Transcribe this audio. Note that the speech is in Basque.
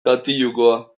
katilukoa